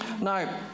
Now